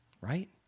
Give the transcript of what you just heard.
right